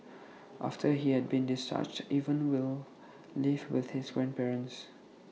after he had been discharged Evan will live with his grandparents